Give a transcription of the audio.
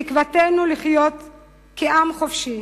תקוותנו לחיות כעם חופשי